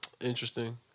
Interesting